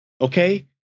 okay